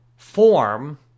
form